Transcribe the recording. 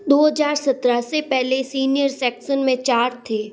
दो हज़ार सत्रह से पहले सीनियर सेक्सन में चार थे